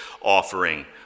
offering